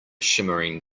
shimmering